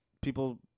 people